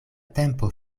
tempo